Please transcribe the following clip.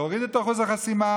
להוריד את אחוז החסימה,